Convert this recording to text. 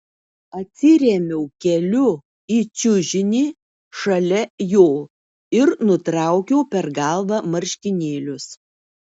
atsirėmiau keliu į čiužinį šalia jo ir nutraukiau per galvą marškinėlius